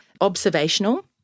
observational